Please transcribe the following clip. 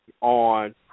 on